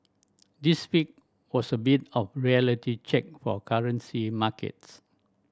this week was a bit of reality check for currency markets